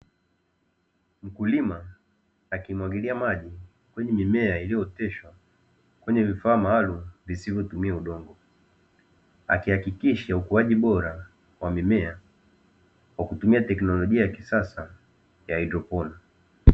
Mkulima akimwagilia maji kwenye mimea iliyooteshwa kwenye vifaa maalum visivyotumia udongo, akihakikisha ukuaji bora wa mimea kwa kutumia teknolojia ya kisasa ya haidroponi.